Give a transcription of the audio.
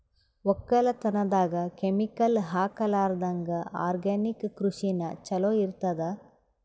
ಒಕ್ಕಲತನದಾಗ ಕೆಮಿಕಲ್ ಹಾಕಲಾರದಂಗ ಆರ್ಗ್ಯಾನಿಕ್ ಕೃಷಿನ ಚಲೋ ಇರತದ